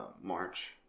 March